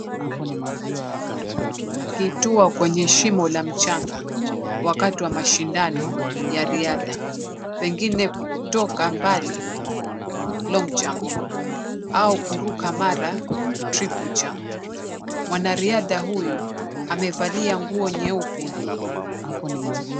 Akitua kwenye shimo la mchanga, wakati wa mashindano ya riadha, pengine kutoka mbali long jump au kuruka mara [triple jump]. Mwanariadha huyu amevalia nguo nyeupe.